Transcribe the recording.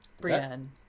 Brienne